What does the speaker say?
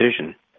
decision